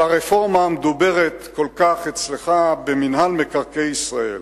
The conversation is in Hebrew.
לגבי הרפורמה המדוברת כל כך אצלך במינהל מקרקעי ישראל